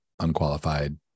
unqualified